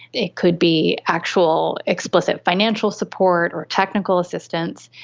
it could be actual explicit financial support or technical assistance,